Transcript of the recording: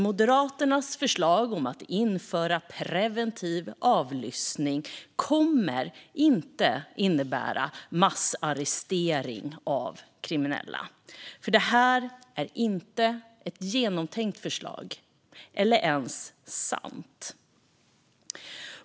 Moderaternas förslag om att införa preventiv avlyssning kommer inte att innebära massarrestering av kriminella. För det här är inte ett genomtänkt förslag, eller ens sant.